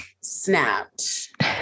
snapped